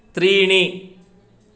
त्रीणि